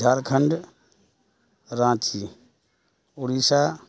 Jharkhand Ranchi Orissa